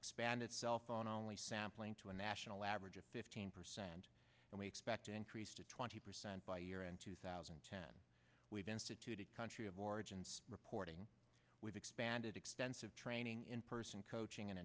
expanded cell phone only sampling to a national average of fifteen percent and we expect to increase to twenty percent by year end two thousand and ten we've instituted country of origin reporting we've expanded extensive training in person coaching and